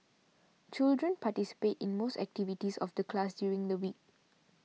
children participate in most activities of the class during the week